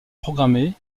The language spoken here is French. programmée